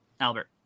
Albert